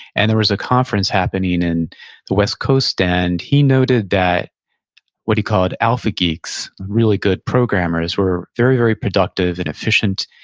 and there was a conference happening in the west coast, and he noted that what he called alpha geeks, really good programmers, were very, very productive and efficient,